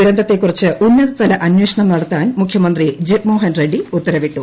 ദുരന്തത്തെക്കുറിച്ച് ഉന്നതതല അന്വേഷണം നടത്താൻ മുഖ്യമന്ത്രി ജഗ്മോഹൻ റെഡി ഉത്തരവിട്ടു